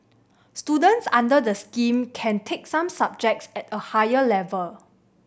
students under the scheme can take some subjects at a higher level